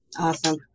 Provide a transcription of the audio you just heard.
Awesome